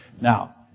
Now